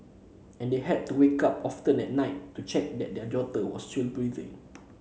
and they had to wake up often at night to check that their daughter was still breathing